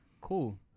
Cool